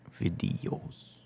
Videos